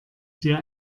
dir